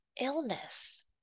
illness